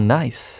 nice